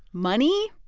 money?